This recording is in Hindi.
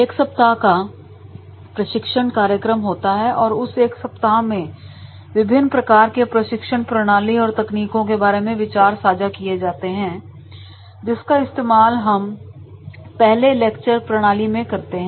1 सप्ताह का प्रशिक्षण कार्यक्रम होता है और उसे 1 सप्ताह में विभिन्न प्रकार के प्रशिक्षण प्रणाली और तकनीकों के बारे में विचार साझा किए जाते हैं जिसका इस्तेमाल हम सबसे पहले लेक्चर प्रणाली में करते हैं